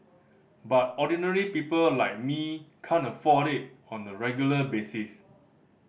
but ordinary people like me can't afford it on a regular basis